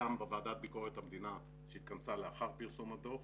וגם בוועדת ביקורת המדינה שהתכנסה לאחר פרסום הדוח,